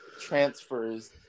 transfers